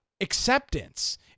acceptance